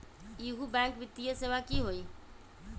इहु बैंक वित्तीय सेवा की होई?